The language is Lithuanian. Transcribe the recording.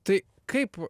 tai kaip